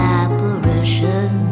apparition